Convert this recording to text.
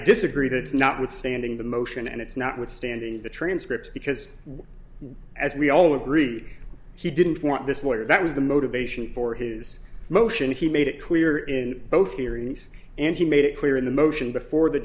disagree that it's not withstanding the motion and it's not withstanding the transcript because as we all agree he didn't want this lawyer that was the motivation for his motion he made it clear in both theories and he made it clear in the motion before the